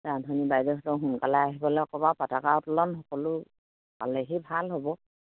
আধুনী বাইদেউহঁতক সোনকালে আহিবলে ক'বা পাতাকা উত্তোলন সকলো পালেহি ভাল হ'ব